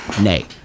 Nay